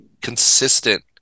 consistent